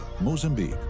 Mozambique